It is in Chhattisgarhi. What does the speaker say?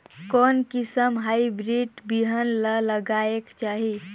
कोन किसम हाईब्रिड बिहान ला लगायेक चाही?